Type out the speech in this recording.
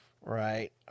Right